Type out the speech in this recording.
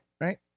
Right